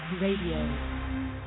Radio